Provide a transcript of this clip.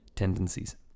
tendencies